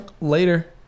later